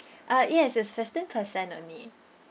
uh yes it's fifteen percent only